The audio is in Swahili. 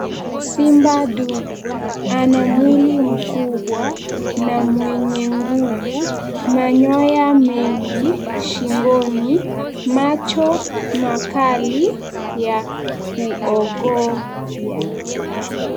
Simba ndume ana mwili mkubwa na mwenye nguvu, manyoya mengi shingoni, macho makali ya kuogofya.